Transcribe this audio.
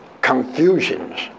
confusions